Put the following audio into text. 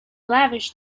lavish